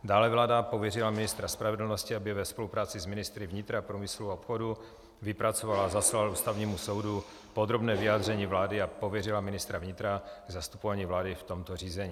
Dále vláda pověřila ministra spravedlnosti, aby ve spolupráci s ministry vnitra, průmyslu a obchodu vypracoval a zaslal Ústavnímu soudu podrobné vyjádření vlády, a pověřila ministra vnitra zastupováním vlády v tomto řízení.